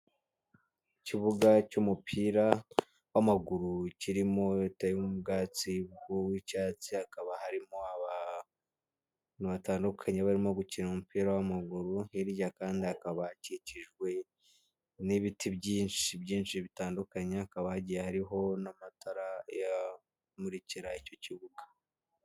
Ikibuga cy'umupira w'amaguru kirimo leta y'ubwatsi bw'uw'icyatsi hakaba harimo abantu batandukanye barimo gukina umupira w'amaguru hirya kandi hakaba hakikijwe n'ibiti byinshi byinshi bitandukanye hakaba hagiye hariho n'amatara yamurikira icyo kibuga.